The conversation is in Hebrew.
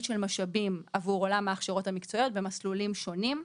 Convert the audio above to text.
של משאבים עבור עולם ההכשרות המקצועיות במסלולים שונים.